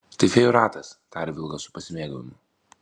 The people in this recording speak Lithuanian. tai fėjų ratas taria vilkas su pasimėgavimu